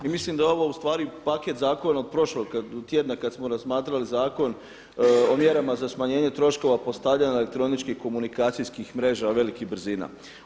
I mislim da je ovo ustvari paket zakona od prošlog tjedna kad smo razmatrali zakon o mjerama za smanjenje troškova postavljanja elektroničkih komunikacijskih mreža velikih brzina.